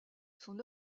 son